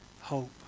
hope